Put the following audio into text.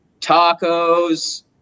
tacos